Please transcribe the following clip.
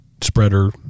spreader